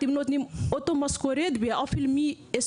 אתם נותנים אותה משכורת ואפילו למי שיש